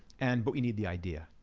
and but we need the idea.